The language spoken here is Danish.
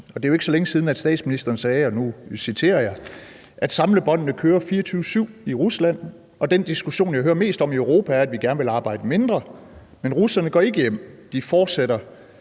Det er jo ikke så længe siden, at statsministeren sagde, og nu citerer jeg: Samlebåndene kører 24-7 i Rusland, og den diskussion, jeg hører mest om i Europa, er, at vi gerne vil arbejde mindre. Men russerne går ikke hjem; de fortsætter,